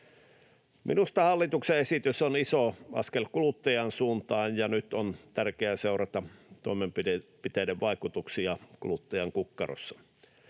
Minusta hallituksen esitys on iso askel kuluttajan suuntaan, ja nyt on tärkeää seurata toimenpiteiden vaikutuksia kuluttajan kukkarossa.